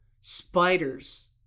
spiders